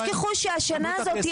אל תשכחו שהשנה הזאת,